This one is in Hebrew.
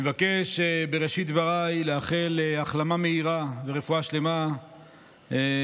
בראשית דבריי אני מבקש לאחל החלמה מהירה ורפואה שלמה לפצועים,